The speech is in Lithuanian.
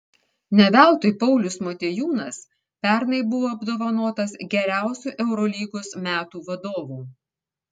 ne veltui paulius motiejūnas pernai buvo apdovanotas geriausiu eurolygos metų vadovu